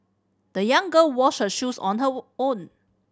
the young girl washed her shoes on her own